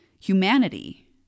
Humanity